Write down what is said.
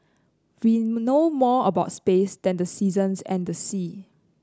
we know more about space than the seasons and the sea